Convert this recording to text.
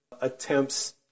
attempts